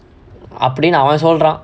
அப்புடின்டு அவ சொல்றா:appudindu ava solraa